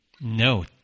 No